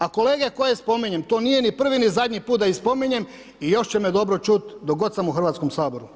A kolege koje spominjem, to nije ni prvi ni zadnji put da ih spominjem i još će me dobro čuti dok god sam u Hrvatskom saboru.